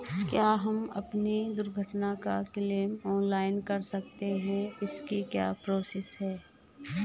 क्या हम अपनी दुर्घटना का क्लेम ऑनलाइन कर सकते हैं इसकी क्या प्रोसेस है?